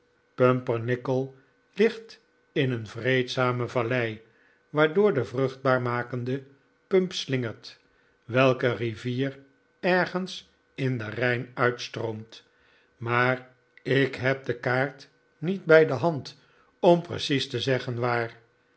pumpernickel ligt in een vreedzame vallei waardoor de vruchtbaar makende pump glinstert welke rivier ergens in den rijn uitstroomt maar ik heb de kaart niet bij de hand om precies te zeggen waar